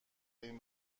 این